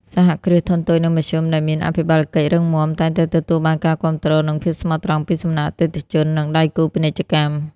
សហគ្រាសធុនតូច និងមធ្យម ដែលមានអភិបាលកិច្ចរឹងមាំ តែងតែទទួលបានការគាំទ្រ និងភាពស្មោះត្រង់ពីសំណាក់អតិថិជន និងដៃគូពាណិជ្ជកម្ម។